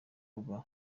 rwa